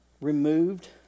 removed